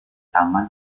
taman